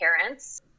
parents